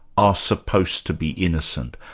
are supposed to be innocent,